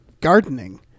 gardening